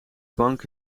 bank